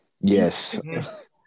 Yes